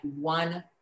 one